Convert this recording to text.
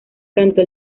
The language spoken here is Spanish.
cantó